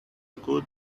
good